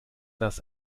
das